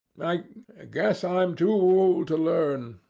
like ah guess i'm too old to learn.